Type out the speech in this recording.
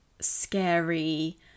Scary